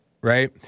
right